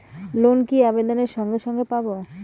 Loan কি আবেদনের সঙ্গে সঙ্গে পাব?